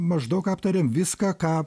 maždaug aptarėm viską ką